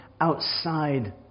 outside